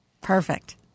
Perfect